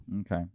Okay